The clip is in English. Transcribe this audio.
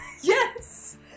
Yes